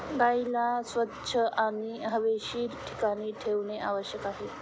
गाईला स्वच्छ आणि हवेशीर ठिकाणी ठेवणे आवश्यक आहे